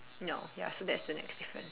no ya so that's the next difference